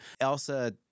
Elsa